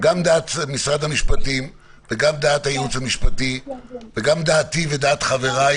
גם דעת משרד המשפטים וגם דעת הייעוץ המשפטי וגם דעתי ודעת חבריי